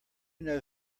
know